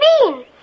Bean